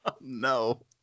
No